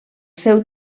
seu